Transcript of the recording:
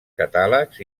catàlegs